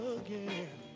again